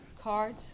Card